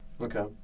Okay